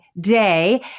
day